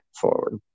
forward